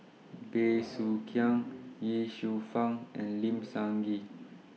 Bey Soo Khiang Ye Shufang and Lim Sun Gee